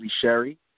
Sherry